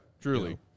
Truly